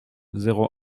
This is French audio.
zéro